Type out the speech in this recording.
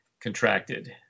contracted